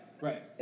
right